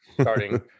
starting